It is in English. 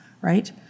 right